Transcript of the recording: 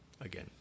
again